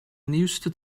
nieuwste